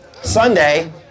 Sunday